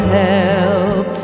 help